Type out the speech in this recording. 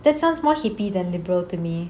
that sounds more sheepy than liberal to me